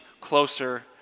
closer